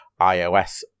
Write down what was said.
iOS